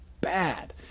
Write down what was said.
bad